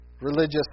religious